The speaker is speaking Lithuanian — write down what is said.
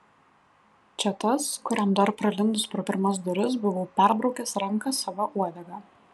čia tas kuriam dar pralindus pro pirmas duris buvau perbraukęs ranką sava uodega